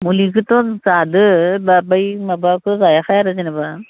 मुलिखौथ' जादों दा बै माबाखौ जायाखै आरो जेनेबा